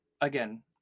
again